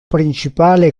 principale